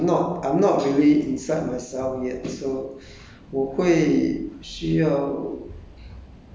可是慢慢的想我会想起来的现在我觉得我觉得 I'm not I'm not really inside myself yet so